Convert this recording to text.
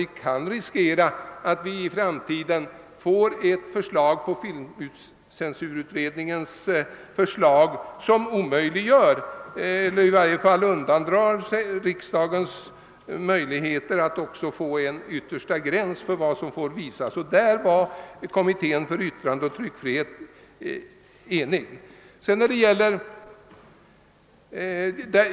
Vi kan riskera att i framtiden på grundval av filmcensurutredningens betänkande få ett förslag som gör det omöjligt för riksdagen att fastslå en yttersta gräns för vad som får visas, och på den punkten var kommittén för lagstiftning om yttrandeoch tryckfrihet enig.